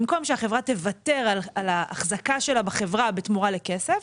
במקום שהחברה תוותר על האחזקה שלה בחברה בתמורה לכסף,